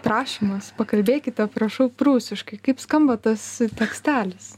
prašymas pakalbėkite prašau prūsiškai kaip skamba tas tekstelis